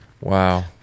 Wow